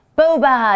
Boba